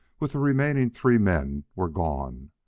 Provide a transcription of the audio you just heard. with the remaining three men, were gone.